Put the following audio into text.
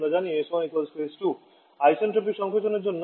আমরা জানি s1 s2 isentropic সংকোচনের জন্য